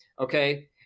Okay